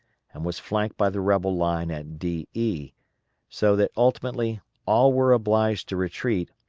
and was flanked by the rebel line at de, so that ultimately all were obliged to retreat,